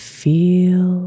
feel